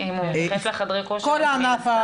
בהחלט,